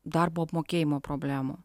darbo apmokėjimo problemų